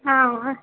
हांआं